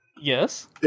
Yes